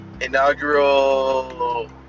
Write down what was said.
inaugural